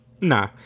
nah